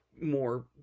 more